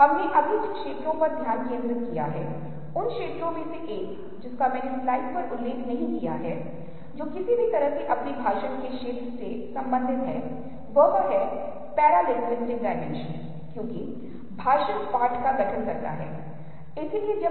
हम मन की फॉर्म बनाने की क्षमता मन की समग्र क्षमता का संकेत देते थे और हमने अंतिम व्याख्यान में अपने मन की क्षमता के बारे में बात की थी जो कि अधूरी है उसे पूरा करने के लिए हम त्रिभुज की व्यक्तिपरक धारणा के मामले में इसके बारे में थोड़ी देर पहले बात की गई थी